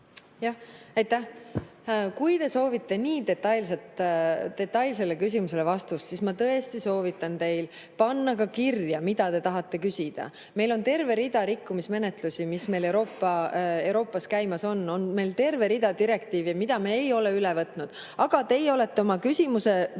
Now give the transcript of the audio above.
Aitäh! Kui te soovite nii detailsele küsimusele vastust, siis ma tõesti soovitan teil panna kirja, mida te tahate küsida. Meil on terve rida rikkumismenetlusi, mis meil Euroopas käimas on, terve rida direktiive, mida me ei ole üle võtnud, aga teie olete oma küsimuse